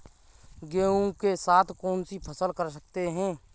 गेहूँ के साथ कौनसी फसल कर सकते हैं?